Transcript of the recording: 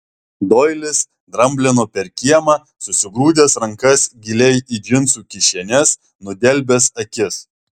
doilis dramblino per kiemą susigrūdęs rankas giliai į džinsų kišenes nudelbęs akis